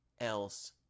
else